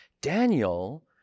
Daniel